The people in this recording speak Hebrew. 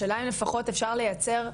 השאלה, אם לפחות אפשר לייצר,